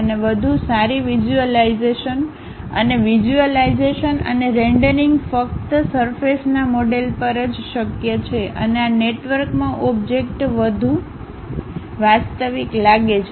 અને વધુ સારી વિઝ્યુલાઇઝેશન અને વિઝ્યુલાઇઝેશન અને રેન્ડરિંગ ફક્ત સરફેસના મોડેલ પર જ શક્ય છે અને આ નેટવર્કમાં ઓબ્જેક્ટ વધુ વાસ્તવિક લાગે છે